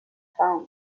found